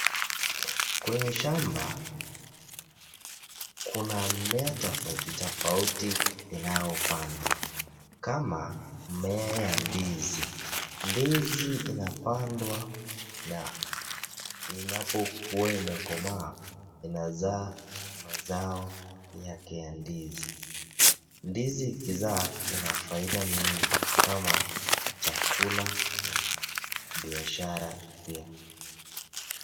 Kwenye shamba kuna mimea tofauti tofauti inayopandwa kama mmea ya ndizi. Ndizi inapandwa na inapokua inakomaa inazaa mazao yake ya ndizi. Ndizi ikizaa inafaida mingi kama chakula na biashara pia.